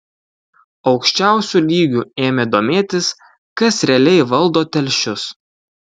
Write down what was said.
aukščiausiu lygiu ėmė domėtis kas realiai valdo telšius